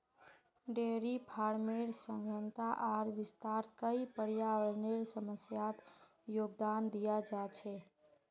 dairy फार्मेर सघनता आर विस्तार कई पर्यावरनेर समस्यात योगदान दिया छे